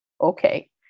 okay